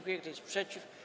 Kto jest przeciw?